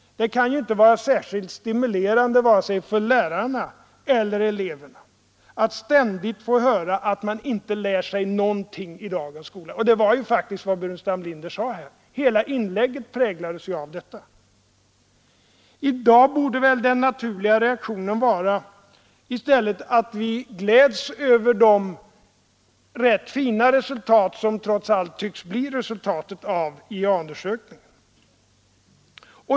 Det kan ju inte vara stimulerande för vare sig lärarna eller eleverna att ständigt få höra att man inte lär sig någonting i dagens skola. Det var faktiskt vad herr Burenstam Linder sade här — hela inlägget präglades av detta. I dag borde väl den naturliga reaktionen i stället vara att vi gläds över de rätt fina resultat som trots allt tycks komma fram i IEA-undersökningen.